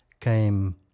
came